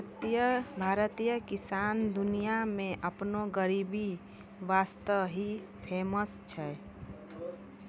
भारतीय किसान दुनिया मॅ आपनो गरीबी वास्तॅ ही फेमस छै